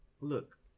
look